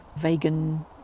vegan